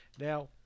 Now